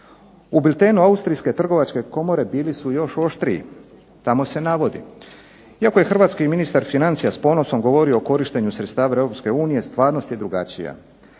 U biltenu Austrijske trgovačke komore bili su još oštriji, tamo se navodi, iako je Hrvatski ministar financija s ponosom govorio o korištenju sredstava Europske unije, stvarnost je drugačija.